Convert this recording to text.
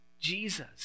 Jesus